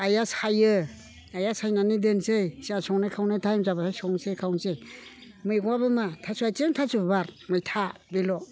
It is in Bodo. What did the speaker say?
आइया सायो आइया सायनानै दोननोसै जोंहा संनाय खावनाय टाइम जाबाथाय संनोसै खावनोसै मैगङाबो मा थास' आइथिं थास' बिबार मैथा बेल'